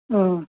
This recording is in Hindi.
हाँ